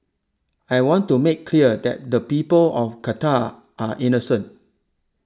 I want to make clear that the people of Qatar are innocent